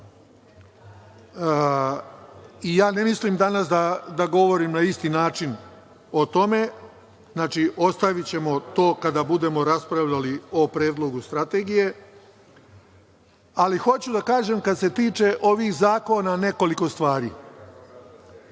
Ne mislim danas da govorim na isti način o tome, ostavićemo to kada budemo raspravljali o predlogu strategije, ali hoću da kažem kad se tiče ovih zakona nekoliko stvari.U